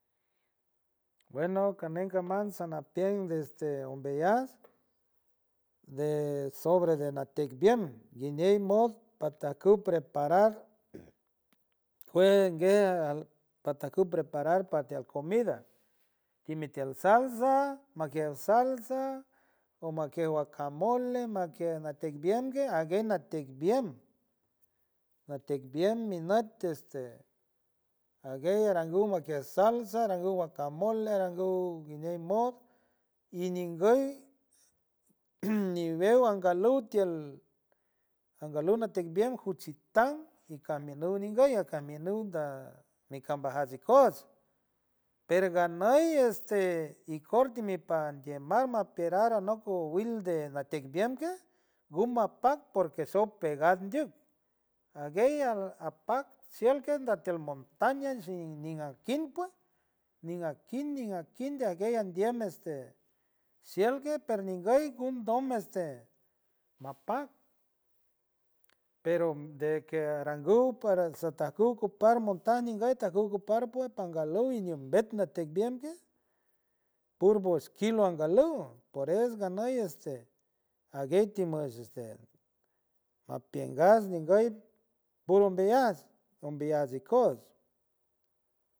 Bueno canem canam sanapiem este umbeyuts de sobre de natiek umbiem guiñiemb mo pata ku preparar jue gue alpata kuk prepara patial comida y mitiel salsa, makiel salsa, makiel guacamole, makiel natenguiembe, aguena natenguiem, natenguiem mi not este aguey arangu makiel salsa, arangu guacamole, arangu unguiemo y nguy nbeow angalutiel angalu na tenbiem juchitán y camino nguya camino nicambaja ikoots, pero oganuy esteicorto mi pantiel man no pare no cowil de natebiek gumbapa por que so pegandyuk aguey al apak xielque natel montaña xinninque pue niniaqui, niniaqui andiem este xielgue pernieguy gundom este mapak pero de que arangu para taza kukupar montan tampoco kupar pue para ganu mbet tampoco ocuparlo por eso gumo este tampoco ocuparlo aguetsi mapienyatinguy puro umbeyuts, umbeyuts ikoots.